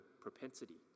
propensity